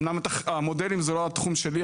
אמנם המודלים זה לא התחום שלי,